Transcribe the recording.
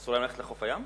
אסור להם ללכת לחוף הים?